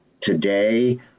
today